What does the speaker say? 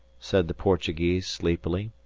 said the portuguese, sleepily.